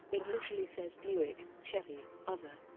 it literally says buick, chevy, other'.